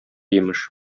имеш